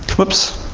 oops.